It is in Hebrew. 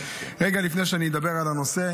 רגע לפני שאני אדבר על הנושא,